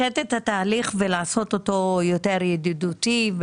התהליך ולעשות אותו יותר ידידותי,